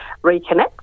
reconnect